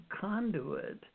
conduit